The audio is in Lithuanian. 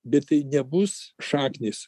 bet tai nebus šaknys